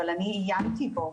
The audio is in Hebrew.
אבל אני עיינתי בו.